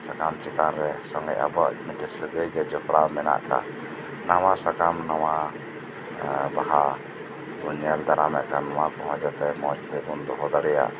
ᱥᱟᱱᱟᱢ ᱪᱮᱛᱟᱱ ᱨᱮ ᱟᱵᱩᱣᱟᱜ ᱢᱤᱫᱴᱮᱱ ᱥᱟᱹᱜᱟᱹᱭ ᱡᱮ ᱡᱚᱯᱲᱟᱣ ᱢᱮᱱᱟᱜᱼᱟ ᱱᱟᱣᱟ ᱥᱟᱠᱟᱢ ᱱᱟᱣᱟ ᱵᱟᱦᱟ ᱵᱩᱱ ᱧᱮᱞ ᱫᱟᱨᱟᱢᱮᱫ ᱠᱟᱱ ᱱᱚᱣᱟ ᱠᱚᱦᱚᱸ ᱡᱟᱛᱮ ᱢᱚᱪᱛᱮ ᱵᱩᱱ ᱫᱚᱦᱚ ᱫᱟᱲᱮᱭᱟᱜ